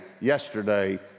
yesterday